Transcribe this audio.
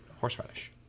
horseradish